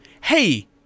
Hey